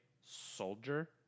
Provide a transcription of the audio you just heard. Soldier